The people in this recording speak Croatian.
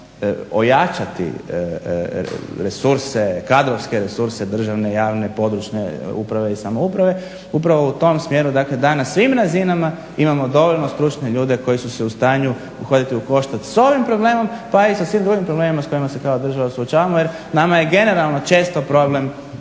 ojačati resurse, kadrovske resurse državne, javne, područne uprave i samouprave upravo u tom smjeru dakle da na svim razinama imamo dovoljno stručne ljude koji su se u stanju uhvatiti u koštac s ovim problemom pa i sa svim drugim problemima s kojima se kao država suočavamo jer nama je generalno često problem